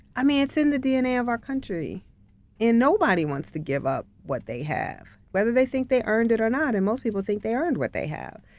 i mean, it's in the dna of our country and nobody wants to give up what they have. whether they think they earned it or not and most people think they earned what they have.